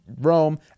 Rome